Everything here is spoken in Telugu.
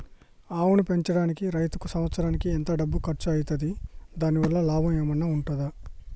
ఆవును పెంచడానికి రైతుకు సంవత్సరానికి ఎంత డబ్బు ఖర్చు అయితది? దాని వల్ల లాభం ఏమన్నా ఉంటుందా?